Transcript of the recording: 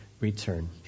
return